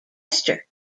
esther